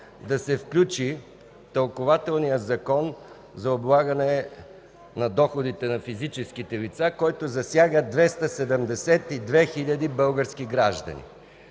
да се включи тълкувателният Закон по Закона за облагане на доходите на физическите лица, който засяга 272 хил. български граждани.